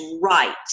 right